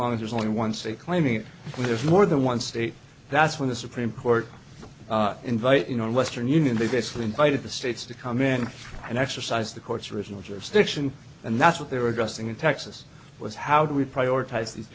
long as there's only one state claiming there's more than one state that's when the supreme court invite you know western union they basically invited the states to come in and exercise the court's original jurisdiction and that's what they were addressing in texas was how do we prioritize